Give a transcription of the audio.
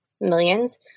millions